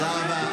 תודה רבה.